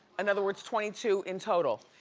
in other words, twenty two in total.